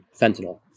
fentanyl